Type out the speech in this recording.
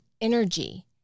energy